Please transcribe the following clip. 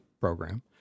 program